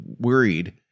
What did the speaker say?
worried